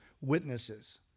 witnesses